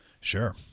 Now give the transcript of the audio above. Sure